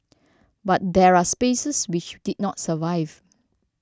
but there are spaces which did not survive